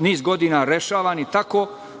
niz godina rešavani tako